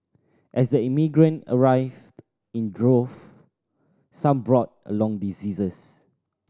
as the immigrant arrived in droves some brought along diseases